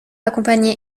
accompagné